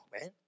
man